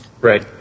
Right